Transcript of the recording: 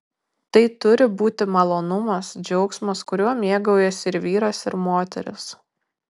tai turi būti malonumas džiaugsmas kuriuo mėgaujasi ir vyras ir moteris